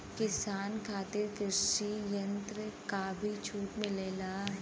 किसान खातिर कृषि यंत्र पर भी छूट मिलेला?